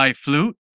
Flute